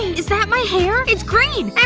is that my hair? it's green!